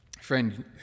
Friend